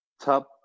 Top